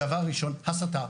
דבר ראשון, הסתה.